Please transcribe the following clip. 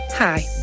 Hi